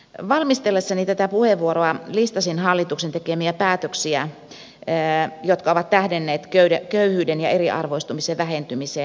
valmistellessani tätä puheenvuoroa listasin hallituksen tekemiä päätöksiä jotka ovat tähdänneet köyhyyden ja eriarvoistumisen vähentymiseen